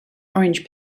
orange